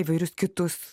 įvairius kitus